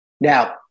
Now